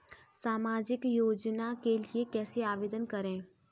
सामाजिक योजना के लिए कैसे आवेदन करें?